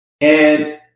And-